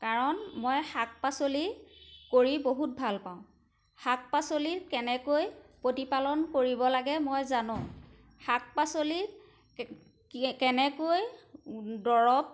কাৰণ মই শাক পাচলি কৰি বহুত ভাল পাওঁ শাক পাচলিত কেনেকৈ প্ৰতিপালন কৰিব লাগে মই জানো শাক পাচলিত কেনেকৈ দৰৱ